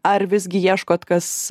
ar visgi ieškot kas